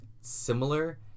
similar